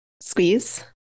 squeeze